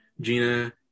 Gina